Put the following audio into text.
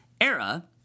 era